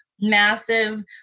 massive